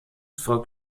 folgt